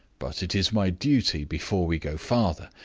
but it is my duty, before we go further,